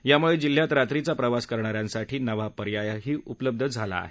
यामुळे जिल्ह्यात रात्रीचा प्रवास करणाऱ्यांसाठी नवा पर्यायही उपलब्ध झाला आहे